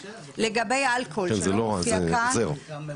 לגבי אלכוהול שלא מופיע כאן,